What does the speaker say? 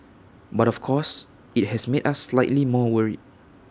but of course IT has made us slightly more worried